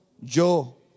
Yo